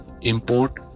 Import